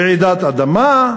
רעידת אדמה.